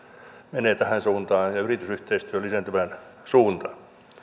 menee tähän suuntaan ja yritysyhteistyö lisääntyvään suuntaan